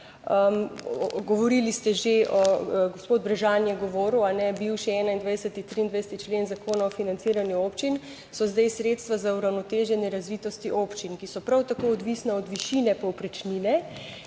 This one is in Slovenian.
Govorili ste že, gospod Brežan je govoril, bivši 21., 23. člen Zakona o financiranju občin, so zdaj sredstva za uravnoteženje razvitosti občin, ki so prav tako odvisna od višine povprečnine.